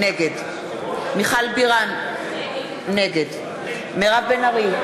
נגד מיכל בירן, נגד מירב בן ארי,